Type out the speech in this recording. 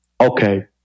Okay